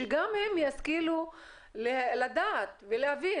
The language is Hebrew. שגם הם ישכילו לדעת ולהבין.